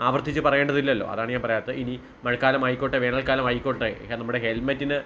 ആവർത്തിച്ച് പറയേണ്ടതില്ലല്ലോ അതാണ് ഞാൻ പറയാത്തത് ഇനി മഴക്കാലം ആയിക്കോട്ടെ വേനൽക്കാലം ആയിക്കോട്ടെ കാരണം നമ്മുടെ ഹെൽമെറ്റിന്